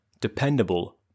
dependable